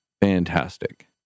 fantastic